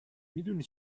میدونی